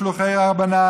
שלוחי הרבנן,